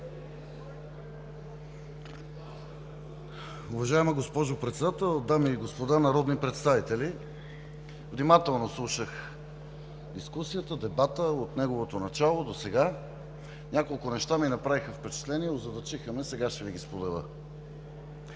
Уважаема госпожо Председател, дами и господа народни представители! Внимателно слушах дискусията, дебата от неговото начало досега. Няколко неща ми направиха впечатление, озадачиха ме. Сега ще Ви ги споделя.